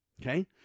Okay